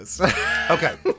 Okay